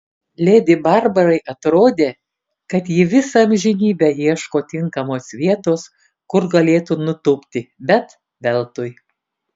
ledi barbarai atrodė kad ji visą amžinybę ieško tinkamos vietos kur galėtų nutūpti bet veltui